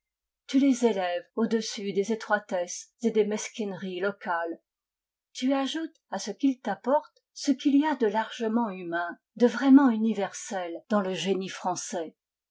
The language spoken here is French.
tu les élèves audessus des étroitesses et des mesquineries locales tu ajoutes à ce qu'ils t'apportent ce qu'il y a de largement humain de vraiment universel dans le génie français